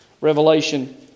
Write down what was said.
Revelation